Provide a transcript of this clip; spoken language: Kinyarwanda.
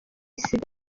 isiganwa